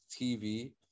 tv